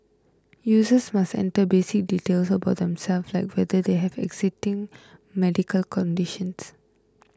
users must enter basic details about themselves like whether they have existing medical conditions